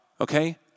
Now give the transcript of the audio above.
Okay